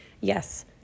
Yes